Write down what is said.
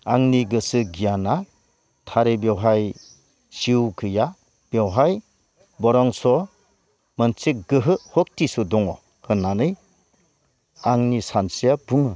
आंनि गोसो गियाना थारै बेवहाय जिउ गैया बेवहाय बरांस' मोनसे गोहो सक्तिसो दङ होननानै आंनि सानस्रिया बुङो